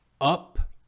Up